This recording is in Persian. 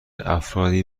افرادی